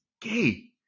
gay